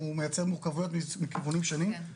והוא מייצר מורכבויות מכיוונים שונים,